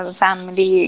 family